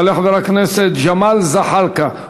יעלה חבר הכנסת ג'מאל זחאלקה,